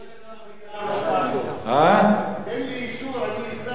לי אישור, אני אסע ואביא את זה.